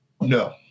No